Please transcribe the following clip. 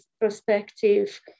perspective